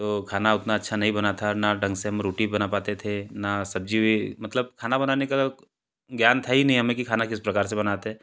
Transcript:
तो खाना उतना अच्छा नही बना था ना ढंग से हम रोटी बना पाते थे न सब्ज़ी भी मतलब खाना बनाने का ज्ञान था यह नहीं हमें कि खाना किस प्रकार से बनाते हैं